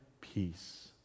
peace